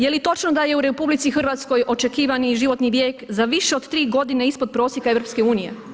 Jeli točno da je RH očekivani životni vijek za više od tri godine ispod prosjeka EU?